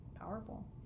Powerful